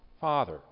father